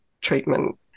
treatment